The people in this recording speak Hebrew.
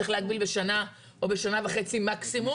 צריך להגביל בשנה או בשנה וחצי מקסימום.